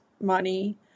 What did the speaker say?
money